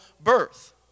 birth